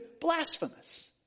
blasphemous